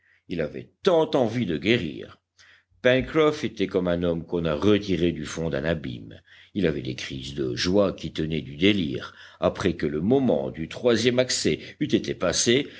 il avait tant envie de guérir pencroff était comme un homme qu'on a retiré du fond d'un abîme il avait des crises de joie qui tenaient du délire après que le moment du troisième accès eut été